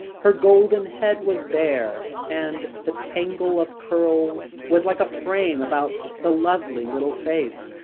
her golden head was bare, and the tangle of curls was like a frame about the lovely little face,